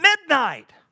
midnight